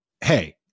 hey